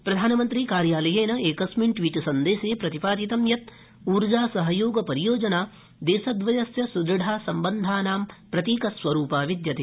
प्रधानमन्त्री कार्यालयेन एकास्मिन् ट्वीट सन्देशे प्रतिपादितं यत् ऊर्जासहयोगपरियोजना देशद्रयस्थ सुदृढ़सम्बन्धानां प्रतीकस्वरूपा विद्यते